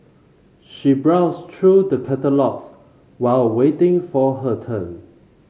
she browsed trough the catalogues while waiting for her turn